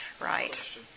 Right